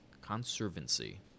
conservancy